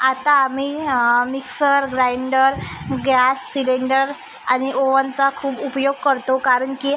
आता आम्ही mixer grinder gas cylinder आणि ओवनचा खूप उपयोग करतो कारण की